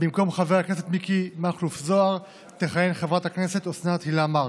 ובמקום חבר הכנסת מיקי מכלוף זוהר תכהן חברת הכנסת אוסנת הילה מארק,